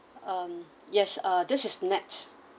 um yes uh this is nett